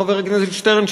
חבר הכנסת שטרן,